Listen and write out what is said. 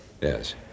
Yes